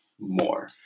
more